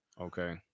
Okay